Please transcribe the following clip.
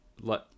let